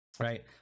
right